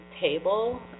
table